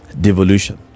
Devolution